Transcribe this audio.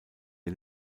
der